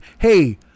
Hey